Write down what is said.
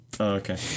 okay